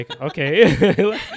Okay